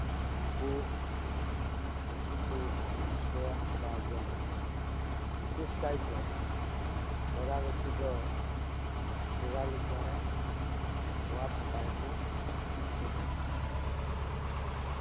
ᱩᱱᱠᱩ ᱜᱟᱹᱪᱷᱤ ᱠᱚ ᱱᱚᱥᱴᱚᱭᱟ ᱵᱟ ᱡᱚᱢᱟᱠᱚ ᱵᱤᱥᱮᱥ ᱠᱟᱭᱛᱮ ᱠᱷᱚᱨᱟ ᱜᱟᱹᱪᱷᱤ ᱫᱚ ᱥᱮᱨᱟᱞᱤ ᱪᱮᱬᱮ ᱚᱣᱟᱨ ᱥᱟᱯᱷᱟᱭᱟᱠᱚ ᱜᱮᱰᱮ ᱞᱮᱠᱟ